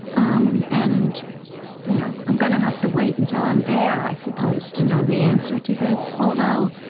um and you know i'm going to have to wait until i'm there, i suppose, to know the answer to this, although,